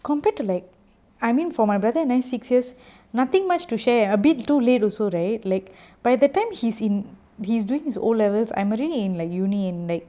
compared to like I mean for my brother and I six years nothing much to share a bit too late also right like by the time he's in he's doing his O levels I already in like university in like